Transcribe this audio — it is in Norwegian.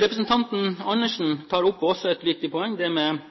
Representanten Andersen tar også opp et viktig poeng, og det gjelder